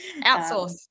outsource